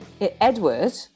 Edward